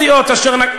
אל תתרצו.